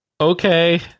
okay